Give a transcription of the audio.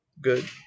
good